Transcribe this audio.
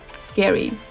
scary